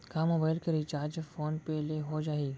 का मोबाइल के recharge phone पे ले हो जाही?